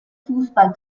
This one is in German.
fußball